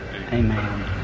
Amen